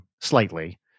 slightly